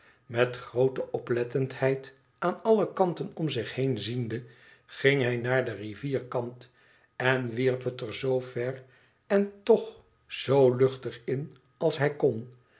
met groote oplettendheid aan alle kanten om zich heen ziende ging hij naar den rivierkant en wierp het er zoo ver en toch zoo luchtig in als hij kon